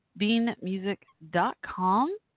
beanmusic.com